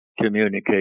communicate